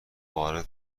وارد